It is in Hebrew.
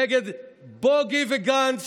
נגד בוגי וגנץ,